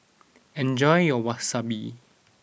enjoy your Wasabi